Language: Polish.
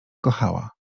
kochała